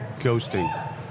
ghosting